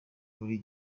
muri